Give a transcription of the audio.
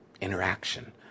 interaction